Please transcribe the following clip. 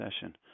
session